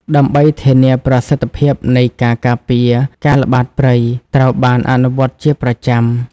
ដើម្បីធានាប្រសិទ្ធភាពនៃការការពារ ការល្បាតព្រៃ ត្រូវបានអនុវត្តជាប្រចាំ។